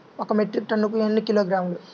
ఒక మెట్రిక్ టన్నుకు ఎన్ని కిలోగ్రాములు?